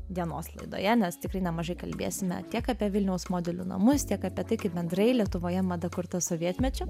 dienos laidoje nes tikrai nemažai kalbėsime tiek apie vilniaus modelių namus tiek apie tai kaip bendrai lietuvoje mada kurta sovietmečiu